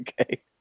okay